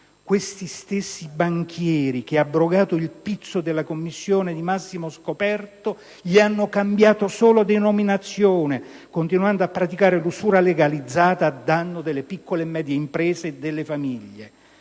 quegli stessi banchieri che, abrogato il pizzo della commissione di massimo scoperto, gli hanno solo cambiato denominazione, continuando a praticare l'usura legalizzata a danno delle piccole e medie imprese e delle famiglie.